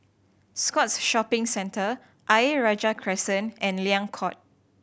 Scotts Shopping Centre Ayer Rajah Crescent and Liang Court